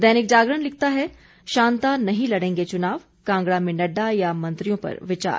दैनिक जागरण लिखता है शांता नहीं लड़ेंगे चुनाव कांगड़ा में नड्डा या मंत्रियों पर विचार